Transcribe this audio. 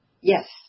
Yes